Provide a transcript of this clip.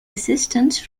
assistance